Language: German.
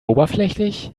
oberflächlich